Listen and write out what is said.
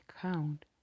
count